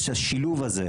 אז השילוב הזה,